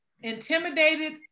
intimidated